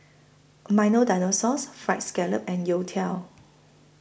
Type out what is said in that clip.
Milo Dinosaur Fried Scallop and Youtiao